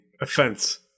offense